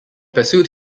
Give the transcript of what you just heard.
pursued